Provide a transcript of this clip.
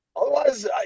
Otherwise